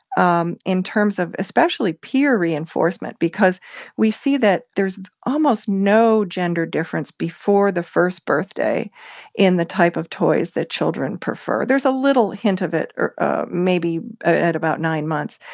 um in terms of especially peer reinforcement because we see that there's almost no gender difference before the first birthday in the type of toys that children prefer there's a little hint of it ah maybe ah at about nine months.